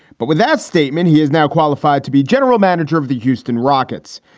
but with that statement, he is now qualified to be general manager of the houston rockets.